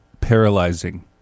paralyzing